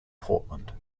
portland